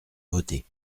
voté